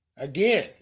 Again